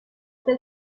that